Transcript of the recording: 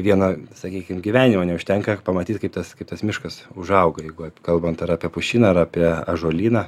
vieno sakykim gyvenimo neužtenka pamatyt kaip tas kaip tas miškas užauga jeigu kalbant ar apie pušyną ar apie ąžuolyną